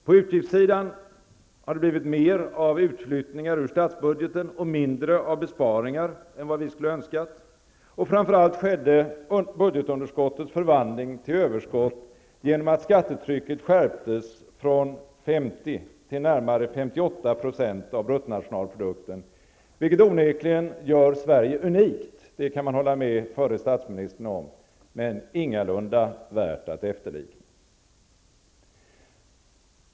På utgiftssidan har det blivit mer av utflyttningar ur statsbudgeten och mindre av besparingar än vad vi skulle ha önskat. Och framför allt skedde budgetunderskottets förvandling till överskott genom att skattetrycket skärptes från 50 till närmare 58 % av BNP, vilket onekligen gör Sverige unikt -- det kan man hålla med förre statsministern om -- men ingalunda värt att efterlikna.